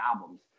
albums